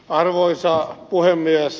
arvoisa puhemies